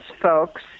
folks